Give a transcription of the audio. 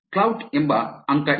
Klout ಎಂಬ ಅಂಕ ಇದೆ